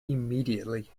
immediately